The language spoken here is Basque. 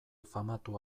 famatu